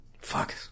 Fuck